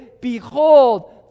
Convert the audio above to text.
Behold